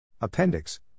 Appendix